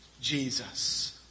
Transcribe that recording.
Jesus